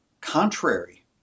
contrary